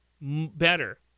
better